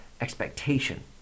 expectation